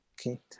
Okay